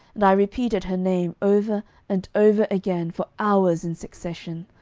and i repeated her name over and over again for hours in succession.